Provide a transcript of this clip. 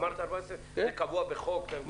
זה קבוע בחוק?